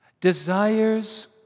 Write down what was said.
Desires